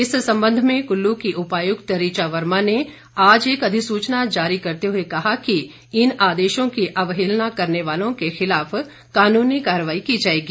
इस संबंध में कुल्लू की उपायुक्त ऋचा वर्मा ने आज एक अधिसूचना जारी करते हुए कहा कि इन आदेशों की अवहेलना करने वालों के खिलाफ कानूनी कार्रवाई की जाएगी